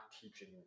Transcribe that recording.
teaching